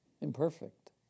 imperfect